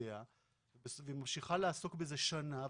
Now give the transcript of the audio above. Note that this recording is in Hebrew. חברת גבייה מלקבל אישור לתקופה שלא תעלה על חמש שנים,